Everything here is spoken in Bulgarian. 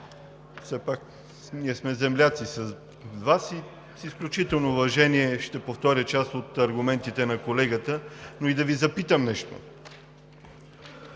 все пак ние сме земляци с Вас и с изключително уважение ще повторя част от аргументите на колегата, но и да Ви запитам нещо.